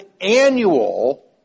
annual